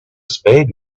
spade